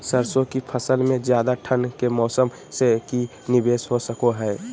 सरसों की फसल में ज्यादा ठंड के मौसम से की निवेस हो सको हय?